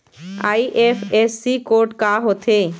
IFSC code का होथे?